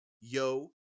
Yo